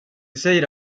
säger